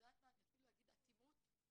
אני אפילו אומר אטימות.